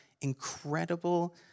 incredible